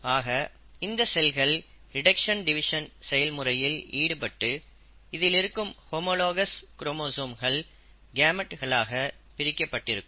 ஆக இந்த செல்கள் ரிடக்சன் டிவிஷன் செயல்முறையில் ஈடுபட்டு இதில் இருக்கும் ஹோமோலாகஸ் குரோமோசோம்கள் கேமெட்களாக பிரிக்கப்பட்டிருக்கும்